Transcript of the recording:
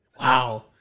Wow